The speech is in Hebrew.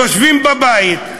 יושבים בבית,